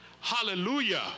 Hallelujah